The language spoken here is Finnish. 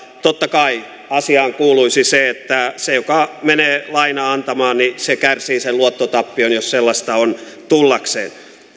totta kai asiaan kuuluisi se että se joka menee lainaa antamaan kärsii sen luottotappion jos sellaista on tullakseen